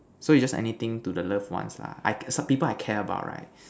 so you just anything to the loved ones lah I people I care about right